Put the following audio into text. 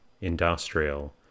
industrial